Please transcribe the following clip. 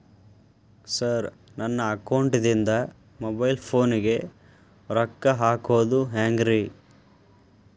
Sir ನನ್ನ ಅಕೌಂಟದಿಂದ mobile ಫೋನಿಗೆ ರೊಕ್ಕ ಹಾಕೋದು ಹೆಂಗ್ರಿ?